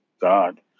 God